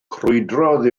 crwydrodd